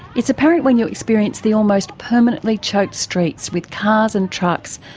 it's apparent when you experience the almost permanently choked streets with cars and trucks,